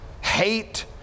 hate